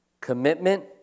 Commitment